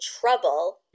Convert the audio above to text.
trouble